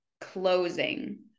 closing